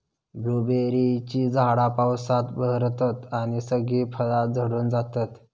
ब्लूबेरीची झाडा पावसात बहरतत आणि सगळी फळा झडून जातत